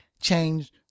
change